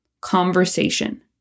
conversation